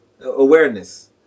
awareness